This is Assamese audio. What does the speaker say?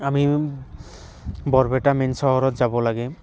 আমি বৰপেটা মেইন চহৰত যাব লাগে